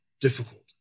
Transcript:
difficult